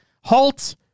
Halt